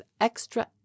extra